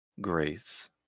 grace